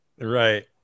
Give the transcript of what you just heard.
Right